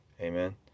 Amen